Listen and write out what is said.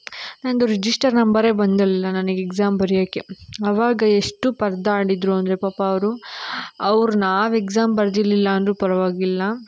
ನನ್ನದು ರಿಜಿಸ್ಟರ್ ನಂಬರೇ ಬಂದಿರಲಿಲ್ಲ ನನಗೆ ಎಕ್ಸಾಮ್ ಬರ್ಯೋಕ್ಕೆ ಅವಾಗ ಎಷ್ಟು ಪರದಾಡಿದ್ರು ಅಂದರೆ ಪಾಪ ಅವರು ಅವ್ರು ನಾವು ಎಕ್ಸಾಮ್ ಬರೆದಿರ್ಲಿಲ್ಲ ಅಂದ್ರೂ ಪರವಾಗಿಲ್ಲ